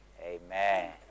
Amen